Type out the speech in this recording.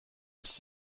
its